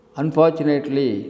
unfortunately